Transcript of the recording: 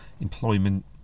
employment